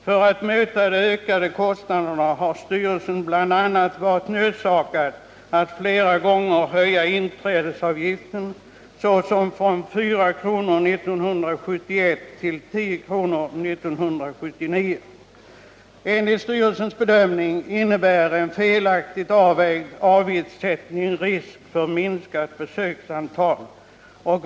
För att möta de ökade kostnaderna har styrelsen bl.a. varit nödsakad att flera gånger höja inträdesavgiften från 4 kr. 1971 till 10 kr. 1979. Enligt styrelsens bedömning innebär en felaktigt avvägd avgiftssättning risk för minskat besöksantal.